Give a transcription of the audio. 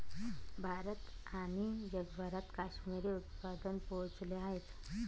भारत आणि जगभरात काश्मिरी उत्पादन पोहोचले आहेत